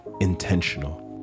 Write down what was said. intentional